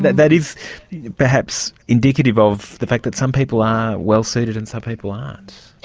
that that is perhaps indicative of the fact that some people are well suited and some people aren't.